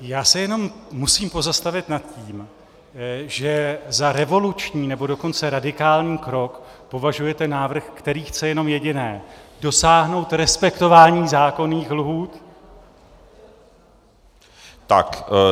Já se jenom musím pozastavit nad tím, že za revoluční, nebo dokonce radikální krok považujete návrh, který chce jenom jediné dosáhnout respektování zákonných lhůt.